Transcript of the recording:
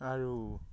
আৰু